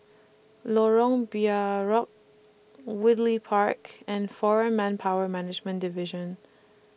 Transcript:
Lorong Woodleigh Park and Foreign Manpower Management Division